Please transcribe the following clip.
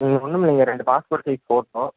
ஒன்றும் இல்லைங்க ரெண்டு பாஸ்போர்ட் சைஸ் ஃபோட்டோ